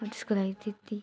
म त्यसको लागि त्यति